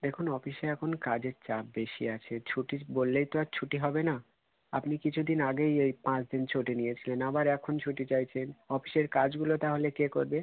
দেখুন অফিসে এখন কাজের চাপ বেশি আছে ছুটি বললেই তো আর ছুটি হবে না আপনি কিছু দিন আগেই এই পাঁচ দিন ছুটি নিয়েছিলেন আবার এখন ছুটি চাইছেন অফিসের কাজগুলো তাহলে কে করবে